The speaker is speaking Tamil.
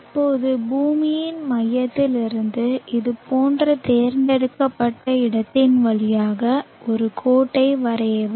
இப்போது பூமியின் மையத்திலிருந்து இது போன்ற தேர்ந்தெடுக்கப்பட்ட இடத்தின் வழியாக ஒரு கோட்டை வரையவும்